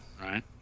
right